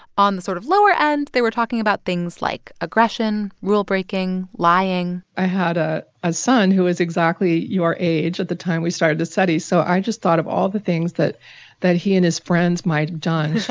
on the sort of lower end, they were talking about things like aggression, rule-breaking, lying i had a ah son who was exactly your age at the time we started the study. so i just thought of all the things that that he and his friends might've done